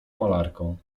malarką